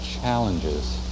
challenges